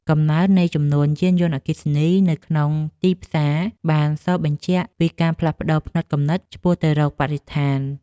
កំណើននៃចំនួនយានយន្តអគ្គិសនីនៅក្នុងទីផ្សារបានសបញ្ជាក់ពីការផ្លាស់ប្តូរផ្នត់គំនិតឆ្ពោះទៅរកបរិស្ថាន។